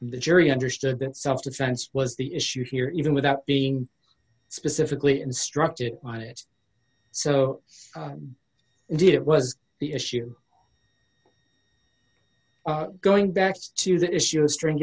the jury understood that self defense was the issue here even without being specifically instructed on it so indeed it was the issue going back to the issue of strang